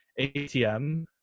ATM